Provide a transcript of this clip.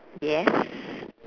yes